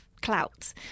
clout